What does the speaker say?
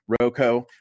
roco